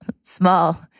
small